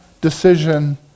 decision